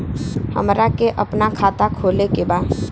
हमरा के अपना खाता खोले के बा?